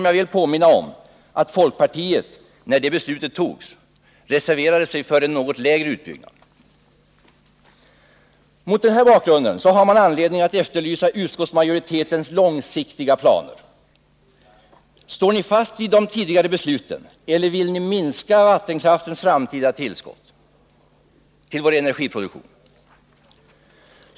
Jag vill dock påminna om att folkpartiet när det beslutet fattades reserverade sig för en något lägre utbyggnadsnivå. Mot denna bakgrund har man anledning att efterlysa utskottsmajoritetens långsiktiga planer. Står ni fast vid de tidigare besluten eller vill ni minska vattenkraftens framtida tillskott till vår energiproduktion?